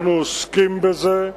אנחנו עוסקים בזה,